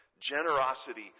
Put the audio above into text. Generosity